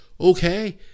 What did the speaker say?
Okay